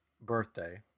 birthday